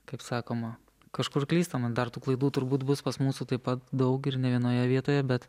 kaip sakoma kažkur klystama dar tų klaidų turbūt bus pas mūsų taip pat daug ir ne vienoje vietoje bet